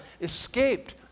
escaped